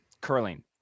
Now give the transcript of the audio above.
Curling